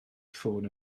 ffôn